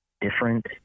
different